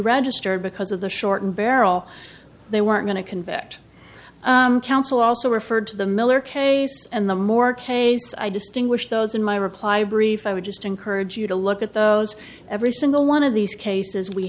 registered because of the shortened barrel they weren't going to convict counsel also referred to the miller case and the more cases i distinguish those in my reply brief i would just encourage you to look at those every single one of these cases we